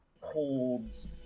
holds